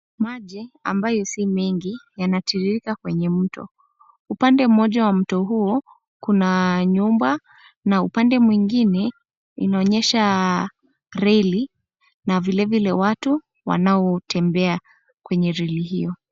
Maji ambayo si mengi yanatiririka kwenye mto. Upande mmoja wa mto huo kuna nyumba na upande mwingine inaonyesha reli na vile vile watu wanaotembea kwenye reli hiyo.